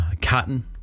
cotton